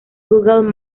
google